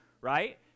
right